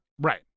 Right